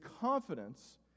confidence